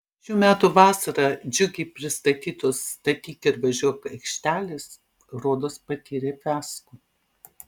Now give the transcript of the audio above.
šių metų vasarą džiugiai pristatytos statyk ir važiuok aikštelės rodos patyrė fiasko